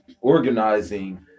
organizing